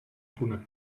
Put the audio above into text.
buna